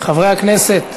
חברי הכנסת,